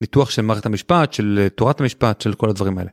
ניתוח של מערכת המשפט, של תורת המשפט, של כל הדברים האלה.